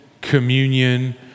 communion